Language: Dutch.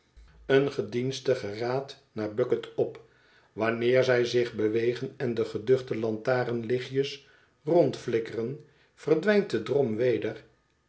dienstigen raad naar bucket op wanneer zij zich bewegen en de geduchte lantaarnlichtjes rond flikkeren verdwijnt de drom weder